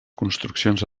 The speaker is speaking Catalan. construccions